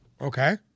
Okay